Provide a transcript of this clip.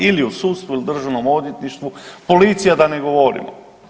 Ili u sudstvu ili državnom odvjetništvu, policija, da ne govorimo.